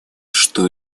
что